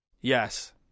Yes